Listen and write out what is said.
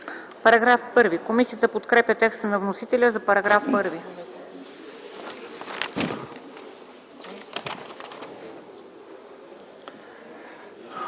СТОЯНОВА: Комисията подкрепя текста на вносителя за параграфи 1,